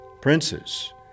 princes